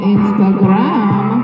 Instagram